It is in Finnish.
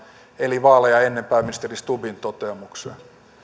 eli pääministeri stubbin toteamukseen vaaleja ennen